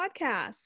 podcast